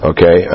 Okay